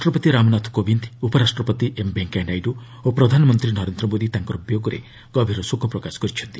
ରାଷ୍ଟ୍ରପତି ରାମନାଥ୍ କୋବିନ୍ଦ୍ ଉପରାଷ୍ଟ୍ରପତି ଏମ୍ ଭେଙ୍କିୟା ନାଇଡୁ ଓ ପ୍ରଧାନମନ୍ତ୍ରୀ ନରେନ୍ଦ୍ର ମୋଦି ତାଙ୍କର ବିୟୋଗରେ ଗଭୀର ଶୋକ ପ୍ରକାଶ କରିଛନ୍ତି